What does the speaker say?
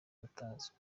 itazwi